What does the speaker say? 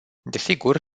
desigur